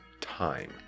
time